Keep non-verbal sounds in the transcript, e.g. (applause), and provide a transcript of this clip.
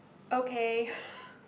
okay (breath)